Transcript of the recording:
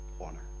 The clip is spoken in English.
honor